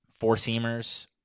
Four-seamers